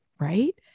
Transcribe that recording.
Right